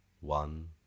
One